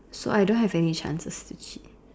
so I don't have any chances